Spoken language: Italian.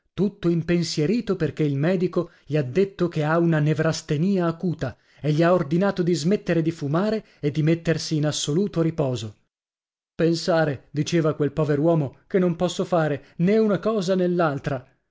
tutto impensierito perché il medico gli ha detto che ha una nevrastenìa acuta e gli ha ordinato di smettere di fumare e di mettersi in assoluto riposo pensare diceva quel pover'uomo che non posso fare né una cosa